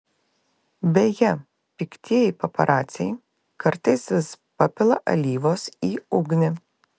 beje piktieji paparaciai kartais vis papila alyvos į ugnį